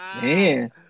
man